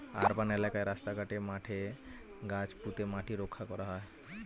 urban এলাকায় রাস্তা ঘাটে, মাঠে গাছ পুঁতে মাটি রক্ষা করা হয়